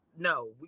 No